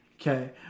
Okay